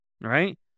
Right